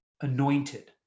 anointed